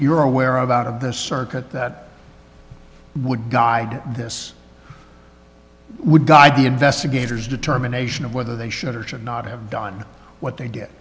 you're aware of out of the circuit that would guide this would guide the investigators determination of whether they should or should not have done what they did